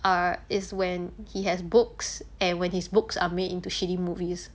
uh is when he has books and when his books are made into shitty movies